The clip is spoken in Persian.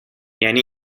یعنی